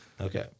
Okay